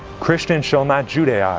christians shall not judaize,